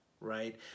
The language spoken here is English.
right